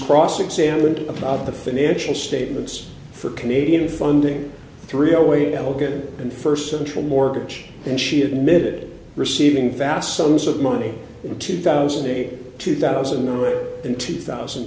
cross examined about the financial statements for canadian funding three away elegant and first central mortgage and she admitted receiving vast sums of money in two thousand and eight two thousand and two thousand